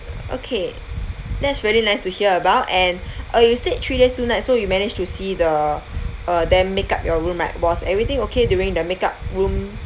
okay that's very nice to hear about and uh you stayed three days two night so you manage to see the uh them make up your room right was everything okay during the make up room